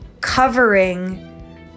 covering